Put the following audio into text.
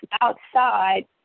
outside